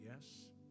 yes